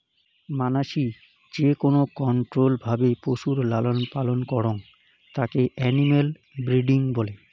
মানাসি যেকোন কন্ট্রোল্ড ভাবে পশুর লালন পালন করং তাকে এনিম্যাল ব্রিডিং বলে